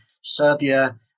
serbia